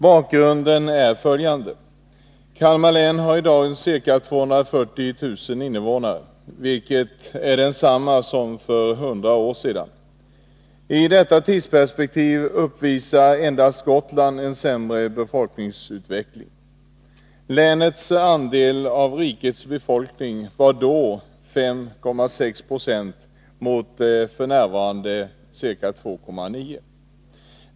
Bakgrunden är följande. Kalmar län har i dag ca 240 000 invånare, vilket är lika mycket som för 100 år sedan. I detta tidsperspektiv uppvisar endast Gotland en sämre befolkningsutveckling. Länets andel av rikets befolkning var då 5,6 96 mot 2,9 I f. n.